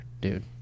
dude